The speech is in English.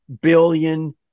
billion